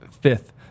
fifth